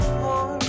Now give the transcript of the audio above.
more